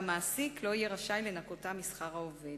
והמעסיק לא יהיה רשאי לנכותה משכר העובד.